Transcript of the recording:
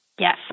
Yes